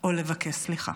או לבקש סליחה.